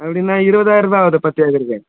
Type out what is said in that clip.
அப்படின்னா இருபதாயிர ரூபா ஆகுதே பத்து ஏக்கருக்கு